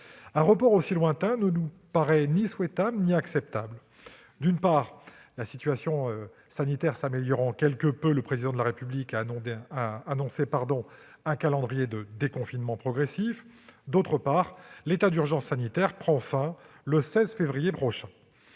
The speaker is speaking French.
Un report aussi lointain ne nous paraît ni souhaitable ni acceptable. D'une part, la situation sanitaire s'améliorant quelque peu, le Président de la République a annoncé un calendrier de déconfinement progressif ; d'autre part, l'état d'urgence sanitaire prend fin le 16 février prochain.